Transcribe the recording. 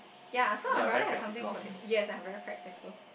ya so I'll rather have something ordinary yes I am very practical